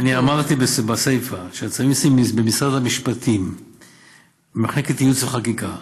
אני אמרתי בסיפה שהצווים נמצאים במשרד המשפטים במחלקת ייעוץ וחקיקה,